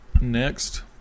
Next